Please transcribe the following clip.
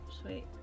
Sweet